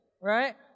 right